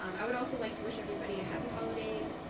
um i would also like to wish everybody happy holidays.